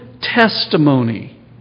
testimony